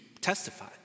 testify